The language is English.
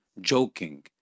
joking